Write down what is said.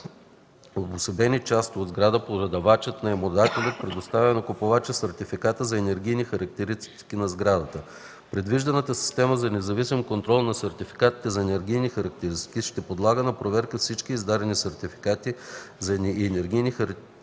обособени части от сграда продавачът/наемодателят предоставя на купувача сертификата за енергийни характеристики на сградата. Предвижданата система за независим контрол на сертификатите за енергийни характеристики ще подлага на проверка всички издадени сертификати за енергийни характеристики